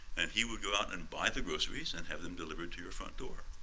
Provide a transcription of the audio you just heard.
and he would go out and buy the groceries and have them delivered to your front door